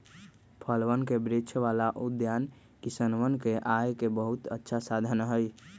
फलवन के वृक्ष वाला उद्यान किसनवन के आय के बहुत अच्छा साधन हई